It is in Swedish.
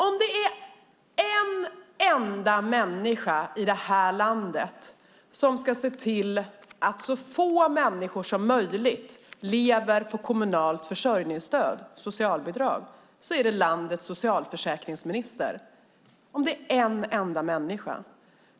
Om någon här i landet ska kunna se till att så få människor som möjligt lever på socialbidrag är det landets socialförsäkringsminister.